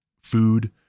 food